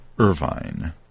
Irvine